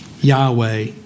Yahweh